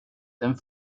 den